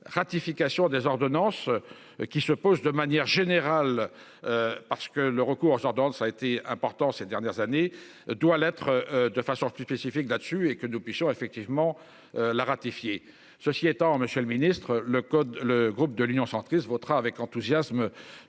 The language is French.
ratification des ordonnances. Qui se pose de manière générale. Parce que le recours aux ordonnances, ça a été important ces dernières années, doit l'être. De façon plus spécifique là-dessus et que nous puissions effectivement la ratifier. Ceci étant, Monsieur le Ministre, le code, le groupe de l'Union centriste votera avec enthousiasme